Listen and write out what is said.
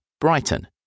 Brighton